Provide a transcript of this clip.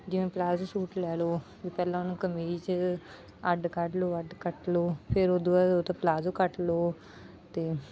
ਜਿਵੇਂ palazzo suit ਲੈ ਲਓ ਵੀ ਪਹਿਲਾਂ ਉਹਨੂੰ ਕਮੀਜ਼ ਅੱਡ ਕੱਢ ਲਓ ਅੱਡ ਕੱਟ ਲਓ ਫਿਰ ਉਤੋਂ ਬਾਅਦ ਉਹ ਦਾ ਪਲਾਜ਼ੋ ਕੱਟ ਲਓ ਅਤੇ